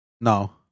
No